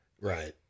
right